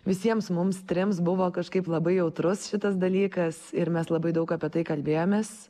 visiems mums trims buvo kažkaip labai jautrus šitas dalykas ir mes labai daug apie tai kalbėjomės